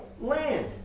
land